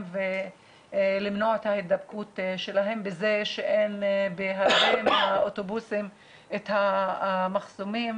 ולמנוע את ההידבקות שלהם בזה שאין באוטובוסים את המחסומים